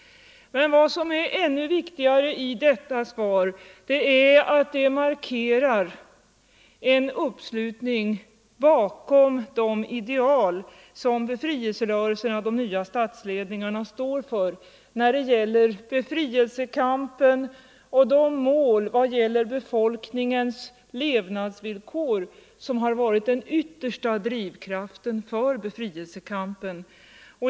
Men vad som är ännu viktigare i detta svar är att det markerar en uppslutning bakom de ideal som befrielserörelserna och de nya statsledningarna står för när det gäller befrielsekampen och de mål för befolkningens levnadsvillkor som har varit den yttersta drivkraften i befrielsekampen.